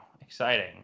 exciting